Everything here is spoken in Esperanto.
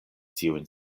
tiujn